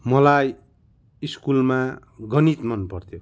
मलाई स्कुलमा गणित मनपर्थ्यो